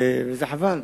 וזה חבל.